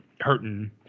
hurting